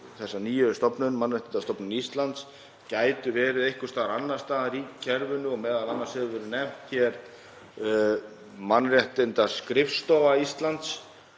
þessa nýju stofnun, Mannréttindastofnun Íslands, gætu verið einhvers staðar annars staðar í kerfinu og m.a. hefur verið nefnd hér Mannréttindaskrifstofa Íslands.